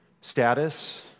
status